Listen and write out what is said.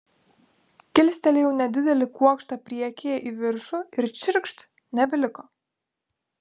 kilstelėjau nedidelį kuokštą priekyje į viršų ir čirkšt nebeliko